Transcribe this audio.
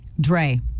Dre